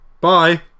Bye